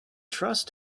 trust